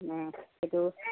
অঁ সেইটো